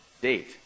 date